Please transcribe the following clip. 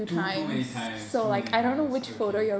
too too many times too many times okay